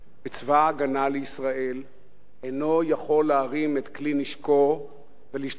בצבא-הגנה לישראל אינו יכול להרים את כלי נשקו ולהשתמש בו,